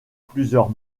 plusieurs